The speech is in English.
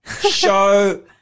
show